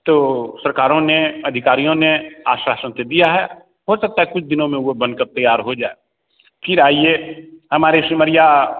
तो सरकारों ने अधिकारियों ने आश्वासन तो दिया है हो सकता है कुछ दिनों में वह बनकर तैयार हो जाए फिर आइए हमारे सिमरिया